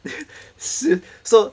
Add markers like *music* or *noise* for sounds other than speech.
*noise* see so